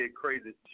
crazy